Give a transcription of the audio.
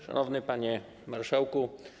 Szanowny Panie Marszałku!